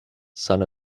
son